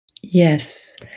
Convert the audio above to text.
Yes